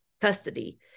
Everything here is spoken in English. custody